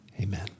Amen